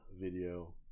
video